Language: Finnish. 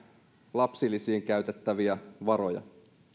lapsilisiin käytettäviä varoja